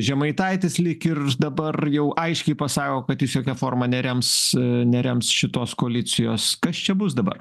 žemaitaitis lyg ir dabar jau aiškiai pasako kad jis jokia forma nerems nerems šitos koalicijos kas čia bus dabar